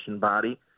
body